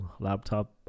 laptop